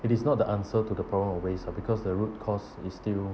it is not the answer to the problem of waste ah because the root cause is still